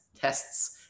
tests